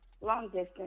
long-distance